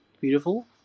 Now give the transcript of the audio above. Beautiful